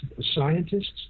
scientists